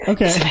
Okay